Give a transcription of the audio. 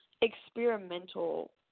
experimental